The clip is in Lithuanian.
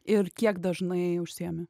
ir kiek dažnai užsiimi